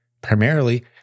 primarily